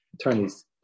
attorneys